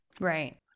Right